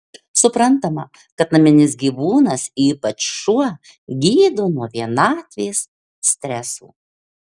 suprantama kad naminis gyvūnas ypač šuo gydo nuo vienatvės stresų